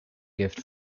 gift